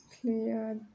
clear